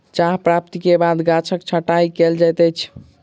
चाह प्राप्ति के बाद गाछक छंटाई कयल जाइत अछि